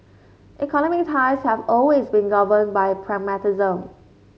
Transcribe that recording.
economic ties have always been governed by pragmatism